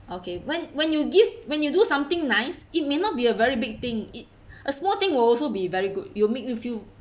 okay when when you give when you do something nice it may not be a very big thing it a small thing will also be very good it'll make you feel